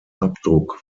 abdruck